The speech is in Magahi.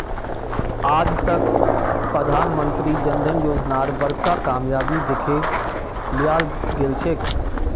आज तक प्रधानमंत्री जन धन योजनार बड़का कामयाबी दखे लियाल गेलछेक